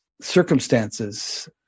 circumstances